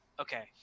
Okay